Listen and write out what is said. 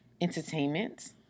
entertainment